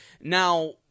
Now